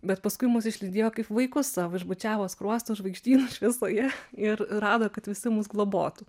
bet paskui mus išlydėjo kaip vaikus savo išbučiavo skruostus žvaigždyno šviesoje ir rado kad visi mus globotų